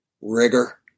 rigor